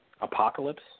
Apocalypse